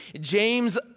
James